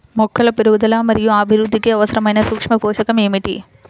మొక్కల పెరుగుదల మరియు అభివృద్ధికి అవసరమైన సూక్ష్మ పోషకం ఏమిటి?